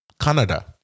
Canada